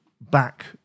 back